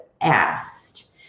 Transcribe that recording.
asked